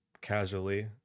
casually